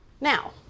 Now